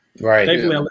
Right